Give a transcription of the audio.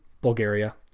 Bulgaria